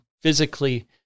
physically